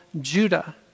Judah